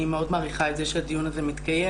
אני מאוד מעריכה את זה שהדיון הזה מתקיים.